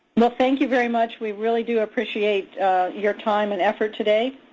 well, thank you very much. we really do appreciate your time and effort today.